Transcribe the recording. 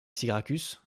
syracuse